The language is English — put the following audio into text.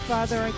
Father